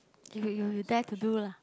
if you you dare to do lah